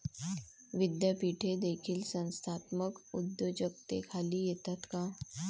विद्यापीठे देखील संस्थात्मक उद्योजकतेखाली येतात का?